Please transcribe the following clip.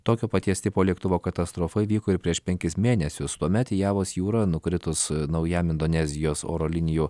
tokio paties tipo lėktuvo katastrofa įvyko ir prieš penkis mėnesius tuomet į javos jūrą nukritus naujam indonezijos oro linijų